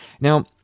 Now